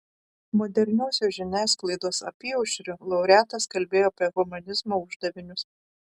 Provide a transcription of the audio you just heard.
moderniosios žiniasklaidos apyaušriu laureatas kalbėjo apie humanizmo uždavinius